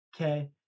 okay